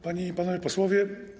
Panie i Panowie Posłowie!